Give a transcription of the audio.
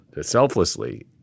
selflessly